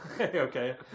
Okay